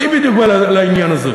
בעייתי מאוד, אני בדיוק בא לעניין הזה.